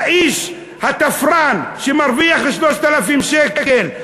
האיש התפרן שמרוויח 3,000 שקל.